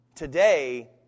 Today